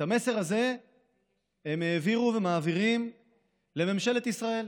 את המסר הזה הם העבירו ומעבירים לממשלת ישראל,